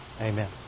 Amen